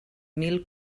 mil